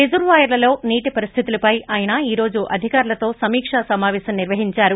రిజర్వాయర్లలో నీటి పరిస్లితులపై ఆయన ఈ రోజు అధికారులతో సమికా సమాపేశం నిర్వహిందారు